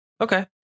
okay